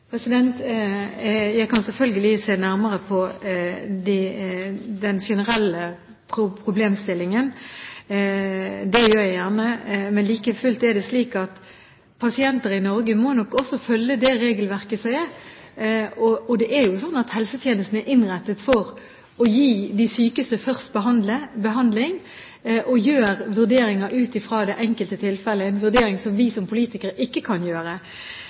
Jeg kan selvfølgelig se nærmere på den generelle problemstillingen, det gjør jeg gjerne. Like fullt er det slik at pasienter i Norge nok må følge det regelverket som er. Helsetjenesten er innrettet slik at de sykeste gis behandling først. Det gjøres vurderinger ut fra det enkelte tilfellet, vurderinger som vi som politikere ikke kan gjøre.